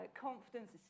Confidence